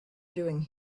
doing